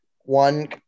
One